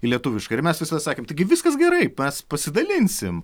į lietuvišką ir mes visada sakėm taigi viskas gerai mes pasidalinsim